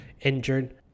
injured